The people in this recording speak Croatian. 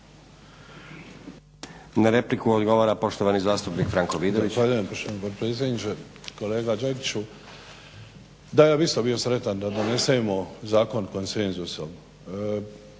Na repliku odgovara poštovani zastupnik Franko Vidović.